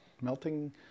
melting